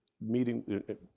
meeting